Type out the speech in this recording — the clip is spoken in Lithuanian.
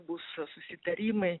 bus susitarimai